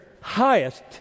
highest